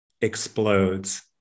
explodes